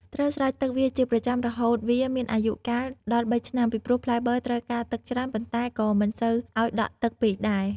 ត្រូវស្រោចទឹកវាជាប្រចាំរហូតវាមានអាយុកាលដល់៣ឆ្នាំ ពីព្រោះផ្លែបឺរត្រូវការទឹកច្រើនប៉ុន្តែក៏មិនត្រូវឱ្យដក់ទឹកពេកដែរ។